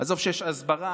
עזוב שיש הסברה,